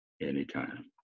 anytime